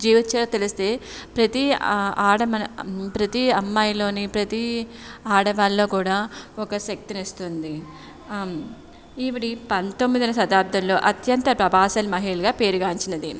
జీవిత చరిత్ర తెలిస్తే ప్రతీ ఆడ ప్రతీ అమ్మాయిలోని ప్రతీ ఆడవాళ్ళలో కూడా ఒక శక్తిని ఇస్తుంది ఈవిడ పంతొమ్మిదవ శతాబ్దంలో అత్యంత ప్రభావశీల మహిళగా పేరుగాంచినది